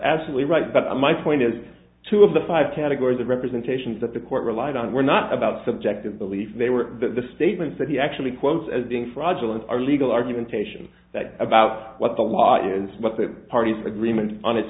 absolutely right but my point is two of the five categories of representations that the court relied on were not about subjective belief they were the statements that he actually quotes as being fraudulent are legal argument taishan that about what the law and what the parties agreement on